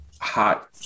hot